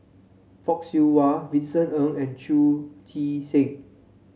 Fock Siew Wah Vincent Ng and Chu Chee Seng